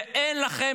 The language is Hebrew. ואין לכם,